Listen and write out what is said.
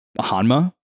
Hanma